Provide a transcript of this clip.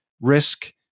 risk